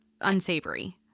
unsavory